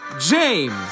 James